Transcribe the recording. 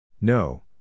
No